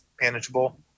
manageable